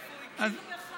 הוא הכיר בחיפה.